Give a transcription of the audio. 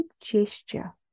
gesture